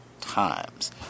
times